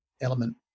element